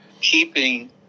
keeping